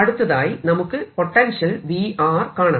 അടുത്തതായി നമുക്ക് potential V കാണണം